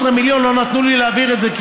13 מיליון, לא נתנו לי להעביר את זה,